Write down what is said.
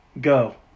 go